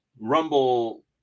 Rumble